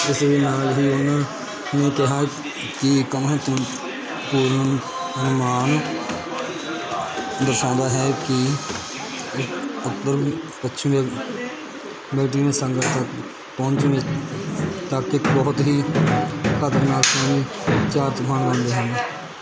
ਇਸ ਦੇ ਨਾਲ ਹੀ ਉਨ੍ਹਾਂ ਨੇ ਕਿਹਾ ਕਿ ਇੱਕ ਮਹੱਤਮਪੂਰਨ ਅਨੁਮਾਨ ਦਰਸਾਉਂਦਾ ਹੈ ਕਿ ਇਹ ਉੱਤਰ ਪੱਛਮੀ ਬੈਕਟੀਰੀਅਨ ਸੰਗ ਪਹੁੰਚਨ ਵਿੱਚ ਤੱਕ ਇੱਕ ਬਹੁਤ ਹੀ ਖਤਰਨਾਕ ਸ਼੍ਰੇਣੀ ਚਾਰ ਤੂਫਾਨ ਬਣਦੇ ਹਨ